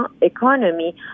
economy